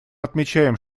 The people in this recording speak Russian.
отмечаем